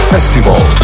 Festival